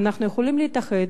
אנחנו יכולים להתאחד,